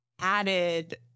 added